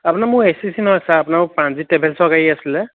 আপোনাৰ মোৰ A H T C নহয় ছাৰ আপোনাৰ মোৰ প্ৰাণজিৎ ট্ৰেভেলছৰ গাড়ী আছিলে